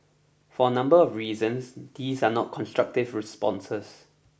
for a number of reasons these are not constructive responses